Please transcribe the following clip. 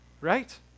right